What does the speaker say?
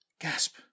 Gasp